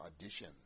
audition